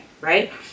right